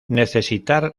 necesitar